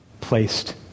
placed